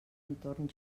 entorn